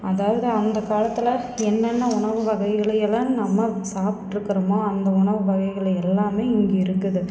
அதாவது அந்தக் காலத்தில் என்னென்ன உணவு வகைகளையெல்லாம் நம்ம சாப்பிட்ருக்கறமோ அந்த உணவு வகைகளை எல்லாமே இங்கே இருக்குது